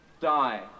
Die